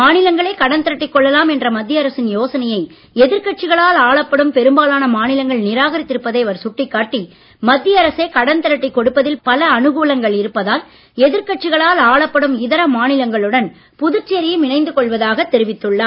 மாநிலங்களே கடன் திரட்டிக் கொள்ளலாம் என்ற மத்திய அரசின் யோசனையை எதிர்கட்சிகளால் ஆளப்படும் பெரும்பாலான மாநிலங்கள் நிராகரித்திருப்பதை அவர் சுட்டிக்காட்டி மத்திய அரசே கடன் திரட்டிக் கொடுப்பதில் பல அனுகூலங்கள் இருப்பதால் எதிர்கட்சிகளால் ஆளப்படும் இதர மாநிலங்களுடன் புதுச்சேரியும் இணைந்து கொள்வதாகத் தெரிவித்துள்ளார்